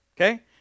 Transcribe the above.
Okay